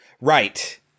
Right